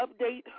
update